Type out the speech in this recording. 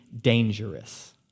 dangerous